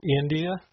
India